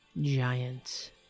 giants